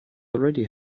already